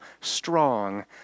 strong